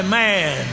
man